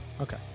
Okay